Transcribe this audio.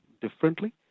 differently